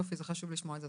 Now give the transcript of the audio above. יופי, זה חשוב לשמוע את זה.